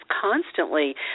constantly